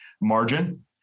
margin